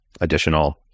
additional